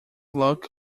luck